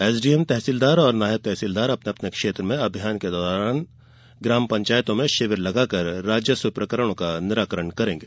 SDM तहसीलदार और नायब तहसीलदार अपने अपने क्षेत्र में अभियान के दौरान ग्राम पंचायतों में शिविर लगाकर राजस्व प्रकरणों का निराकरण करेंगे